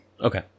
Okay